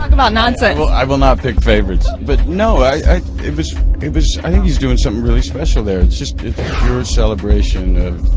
about nonsense well i will not pick favorites but no i it was it was i think he's doing something really special there it's just your celebration